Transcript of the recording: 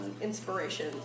inspiration